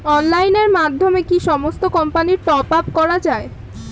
অনলাইনের মাধ্যমে কি সমস্ত কোম্পানির টপ আপ করা যায়?